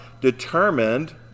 determined